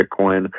Bitcoin